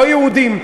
לא יהודים,